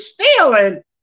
stealing